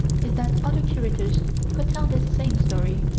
is that other curators could tell this same story.